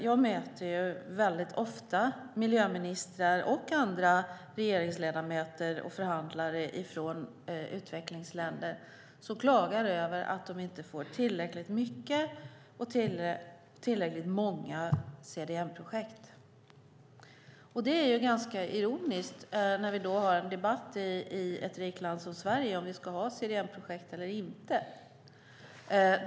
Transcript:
Jag möter ofta miljöministrar och andra regeringsledamöter och förhandlare från utvecklingsländer som klagar över att de inte får tillräckligt många CDM-projekt. Det är ganska ironiskt med tanke på att vi i det rika landet Sverige har en debatt om huruvida vi ska ha CDM-projekt eller inte.